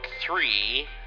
three